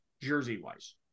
jersey-wise